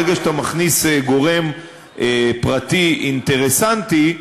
ברגע שאתה מכניס גורם פרטי אינטרסנטי,